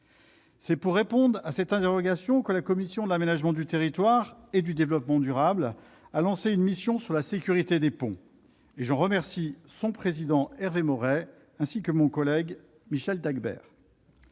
C'est pour répondre à cette interrogation que la commission de l'aménagement du territoire et du développement durable a lancé une mission relative à la sécurité des ponts. Je tiens à en remercier son président, Hervé Maurey, ainsi que mon collègue Michel Dagbert.